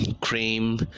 Cream